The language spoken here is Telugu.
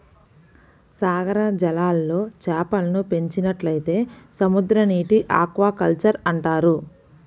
సాగర జలాల్లో చేపలను పెంచినట్లయితే సముద్రనీటి ఆక్వాకల్చర్ అంటారు